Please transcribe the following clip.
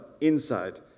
inside